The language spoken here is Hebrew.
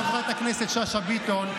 חברת הכנסת שאשא ביטון,